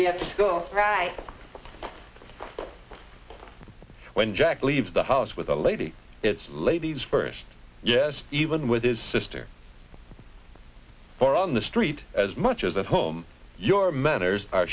yes right when jack leaves the house with a lady it's ladies first yes even with his sister for on the street as much as the home your manners are